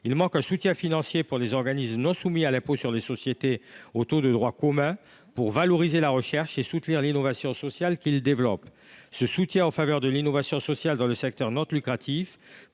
il manque un soutien financier pour les organismes non soumis à l’impôt sur les sociétés au taux de droit commun pour valoriser la recherche et soutenir l’innovation sociale qu’ils développent. Ce soutien en faveur de l’innovation sociale dans le secteur non lucratif